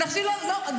נחשי מה, טלי?